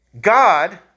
God